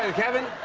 ah kevin.